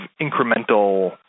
incremental